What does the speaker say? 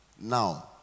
Now